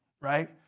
right